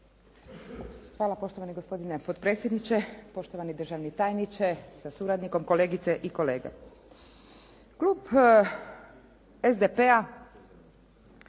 Hvala poštovani gospodine potpredsjedniče. Poštovani državni tajniče sa suradnikom, kolegice i kolege. Klub SDP-a